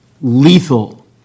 lethal